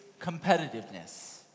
competitiveness